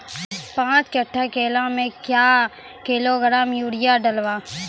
पाँच कट्ठा केला मे क्या किलोग्राम यूरिया डलवा?